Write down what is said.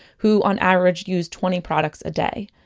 who on average use twenty products a day.